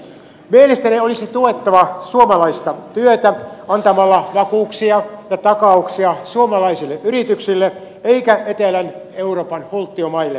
mielestäni olisi tuettava suomalaista työtä antamalla vakuuksia ja takauksia suomalaisille yrityksille eikä etelä euroopan hulttiomaille